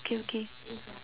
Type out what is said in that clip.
okay okay